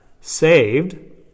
saved